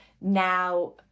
now